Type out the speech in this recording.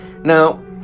Now